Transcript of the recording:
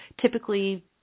Typically